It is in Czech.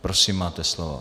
Prosím, máte slovo.